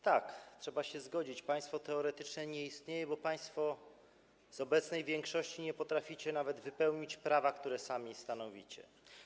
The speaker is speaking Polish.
Tak, trzeba się zgodzić, państwo teoretyczne nie istnieje, bo państwo z obecnej większości nie potraficie nawet wypełnić prawa, które sami stanowicie.